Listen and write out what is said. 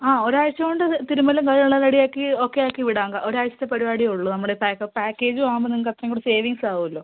ആ ഒരാഴ്ച കൊണ്ട് തിരുമ്മലും അതെല്ലാം റെഡിയാക്കി ഓക്കെ ആക്കി വിടാം ഒരാഴ്ചത്ത പരിപാടിയേ ഉള്ളൂ നമ്മുടെ പാക്ക് പാക്കേജും ആവുമ്പോൾ നിങ്ങൾക്ക് അത്രയും കൂടെ സേവിംഗ്സും ആവുമല്ലോ